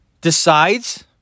Decides